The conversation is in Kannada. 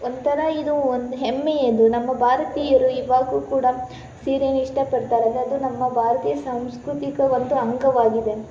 ಒಂಥರ ಇದು ಒಂದು ಹೆಮ್ಮೆ ಎಂದು ನಮ್ಮ ಭಾರತೀಯರು ಇವಾಗ್ಲೂ ಕೂಡ ಸೀರೆನೇ ಇಷ್ಟಪಡ್ತಾರೆ ಅಂದರೆ ಅದು ನಮ್ಮ ಭಾರತೀಯ ಸಂಸ್ಕೃತಿಯ ಒಂದು ಅಂಗವಾಗಿದೆ